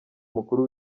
mukuru